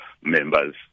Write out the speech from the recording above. members